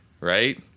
Right